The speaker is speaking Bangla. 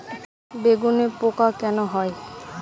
বেগুনে পোকা কেন হয়?